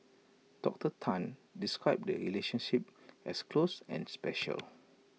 Doctor Tan described the relationship as close and special